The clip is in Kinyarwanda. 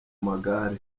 magare